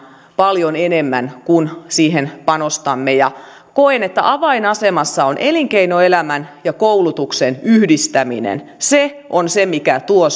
paljon enemmän kun siihen panostamme ja koen että avainasemassa on elinkeinoelämän ja koulutuksen yhdistäminen se on se mikä tuo